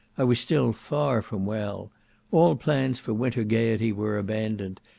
i was still far from well all plans for winter gaiety were abandoned,